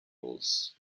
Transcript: rules